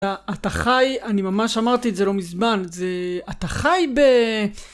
אתה חי, אני ממש אמרתי את זה לא מזמן, זה... אתה חי ב...